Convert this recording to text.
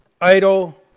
idle